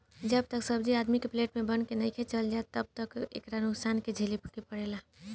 जब तक सब्जी आदमी के प्लेट में बन के नइखे चल जात तब तक ले एकरा नुकसान के झेले के पड़ेला